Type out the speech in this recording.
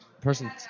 person